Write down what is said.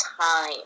time